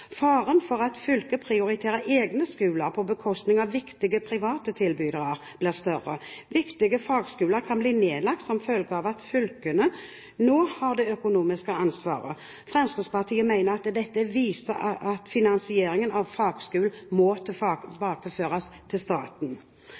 Faren for at fylket prioriterer egne skoler på bekostning av viktige private tilbydere blir større. Viktige fagskoler kan bli nedlagt som følge av at fylkene nå har det økonomiske ansvaret. Fremskrittspartiet mener dette viser at finansieringen av fagskolene må